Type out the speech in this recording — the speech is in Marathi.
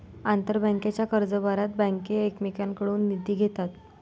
आंतरबँकेच्या कर्जबाजारात बँका एकमेकांकडून निधी घेतात